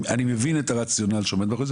אני מבין את הרציונל שעומד מאחורי זה,